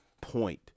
point